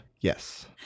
yes